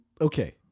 Okay